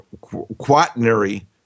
quaternary